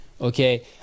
okay